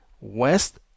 West